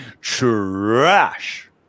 trash